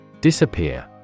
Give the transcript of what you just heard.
Disappear